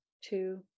two